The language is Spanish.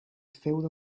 feudo